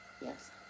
yes